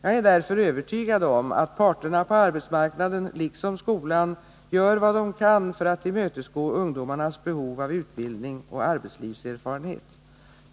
Jag är därför övertygad om att parterna på arbetsmarknaden, liksom skolan, gör vad de kan för att tillmötesgå ungdomarnas behov av utbildning och arbetslivserfarenhet.